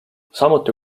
samuti